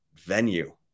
venue